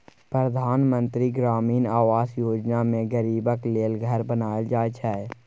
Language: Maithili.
परधान मन्त्री ग्रामीण आबास योजना मे गरीबक लेल घर बनाएल जाइ छै